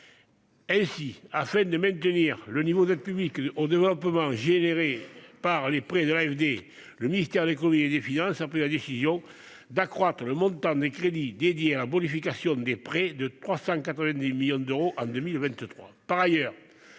Ainsi, afin de maintenir le niveau d'aide publique au développement permis par les prêts de l'AFD, le ministre de l'économie et des finances a pris la décision d'accroître le montant des crédits affectés à la bonification des prêts de 390 millions d'euros en 2023.